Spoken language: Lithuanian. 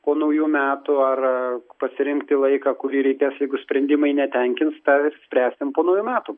po naujų metų ar pasirinkti laiką kurį reikės jeigu sprendimai netenkins tą ir spręsim po naujų metų